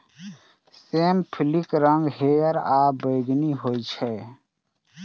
सेम फलीक रंग हरियर आ बैंगनी होइ छै